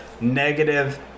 negative